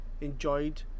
enjoyed